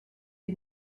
the